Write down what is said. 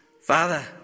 Father